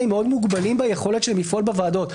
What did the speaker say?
מאוד מוגבלים ביכולת שלהם לפעול בוועדות.